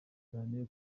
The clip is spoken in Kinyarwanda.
cyane